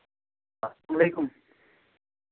اَسلام علیکُم